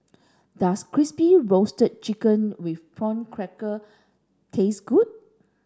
does crispy roasted chicken with prawn cracker taste good